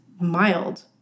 mild